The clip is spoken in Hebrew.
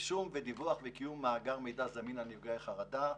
רישום ודיווח קיום מאגר מידע זמין על נפגעי חרדה,